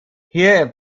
hier